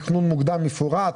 תכנון מוקדם מפורט,